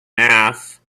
mass